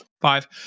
Five